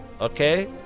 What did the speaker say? okay